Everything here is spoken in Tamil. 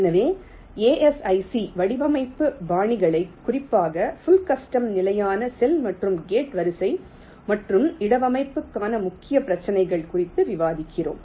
எனவே ASIC வடிவமைப்பு பாணிகளை குறிப்பாக புள் கஸ்டம் நிலையான செல் மற்றும் கேட் வரிசை மற்றும் இடவமைவுக்கான முக்கிய பிரச்சினைகள் குறித்து விவாதிக்கிறோம்